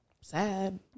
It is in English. Sad